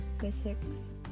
physics